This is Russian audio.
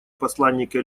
посланника